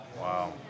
Wow